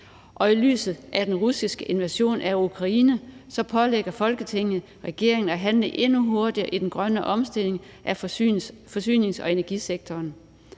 og i lyset af Ruslands invasion af Ukraine, pålægger Folketinget regeringen at handle endnu hurtigere i den grønne omstilling af forsynings- og energisektoren.